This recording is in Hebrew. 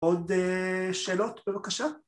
עוד שאלות בבקשה?